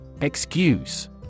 Excuse